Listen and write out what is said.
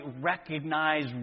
recognize